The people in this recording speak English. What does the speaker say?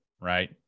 right